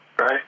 Right